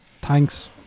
Thanks